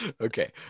okay